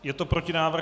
Je to protinávrh?